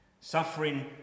Suffering